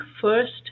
first